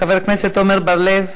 חבר הכנסת עמר בר-לב,